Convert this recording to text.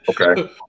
Okay